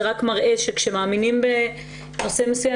זה רק מראה שכאשר מאמינים בנושא מסוים,